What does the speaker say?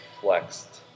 flexed